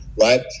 right